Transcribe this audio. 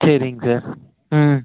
சரிங்க சார் ம்